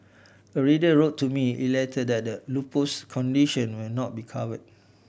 a reader wrote to me elated that the lupus condition will now be cover